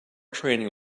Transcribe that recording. training